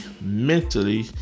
mentally